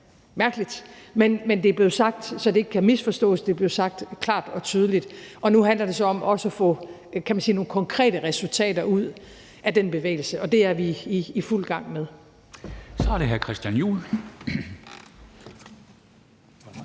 mærkeligt. Men det er blevet sagt, så det ikke kan misforstås; det er blevet sagt klart og tydeligt. Nu handler det så om også at få, kan man sige, nogle konkrete resultater ud af den bevægelse, og det er vi i fuld gang med. Kl. 10:11 Formanden